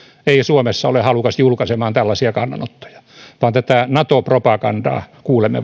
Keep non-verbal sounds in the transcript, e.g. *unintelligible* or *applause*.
ei suomessa ole halukas julkaisemaan tällaisia kannanottoja vaan vain nato propagandaa kuulemme *unintelligible*